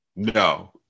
No